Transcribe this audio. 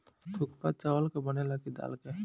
थुक्पा चावल के बनेला की दाल के?